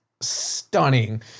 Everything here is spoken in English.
stunning